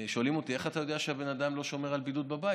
שואלים אותי: איך אתה יודע שהבן אדם לא שומר על בידוד בבית?